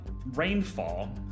rainfall